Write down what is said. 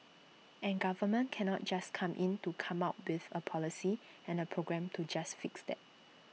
and government can not just come in to come up with A policy and A program to just fix that